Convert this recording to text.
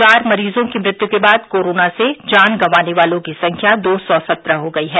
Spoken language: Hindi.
चार मरीजों की मृत्यु के बाद कोरोना से जान गंवाने वालों की संख्या दो सौ सत्रह हो गई है